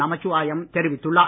நமச்சிவாயம் தெரிவித்துள்ளார்